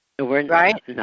Right